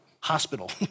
hospital